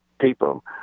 people